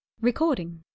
Recording